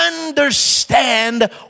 understand